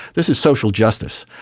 this is social justice.